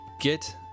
get